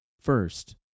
first